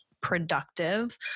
productive